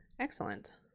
Excellent